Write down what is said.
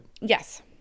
Yes